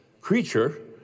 creature